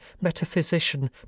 metaphysician